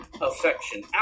affection